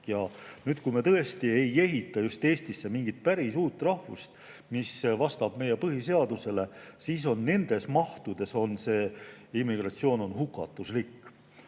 Kui me just ei ehita Eestisse mingit päris uut rahvust, mis vastab meie põhiseadusele, siis on nendes mahtudes immigratsioon hukatuslik.